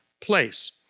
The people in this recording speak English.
place